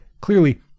clearly